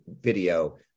video